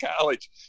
college